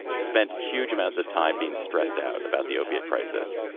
spent huge amounts of time being stressed out about the opiate crisis.